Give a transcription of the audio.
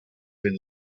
been